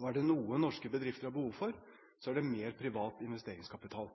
og er det noe norske bedrifter har behov for, er det mer privat investeringskapital.